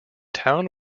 town